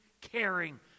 caring